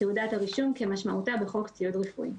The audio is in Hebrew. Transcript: "תעודת הרישום" כמשמעותה בחוק ציוד רפואי.